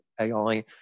AI